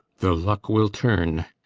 the luck will turn.